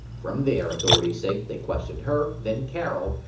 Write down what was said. from there, authorities say, they questioned her, then carell,